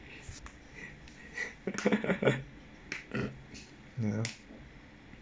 ya